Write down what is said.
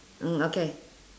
mm okay